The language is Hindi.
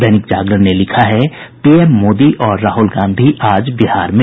दैनिक जागरण ने लिखा है पीएम मोदी और राहुल गांधी आज बिहार में